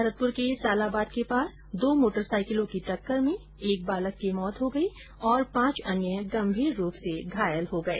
भरतपूर के सालाबाद के पास दो मोटरसाइकिलों की टक्कर में एक बालक की मौत हो गई और पांच अन्य गंभीर रूप से घायल हो गए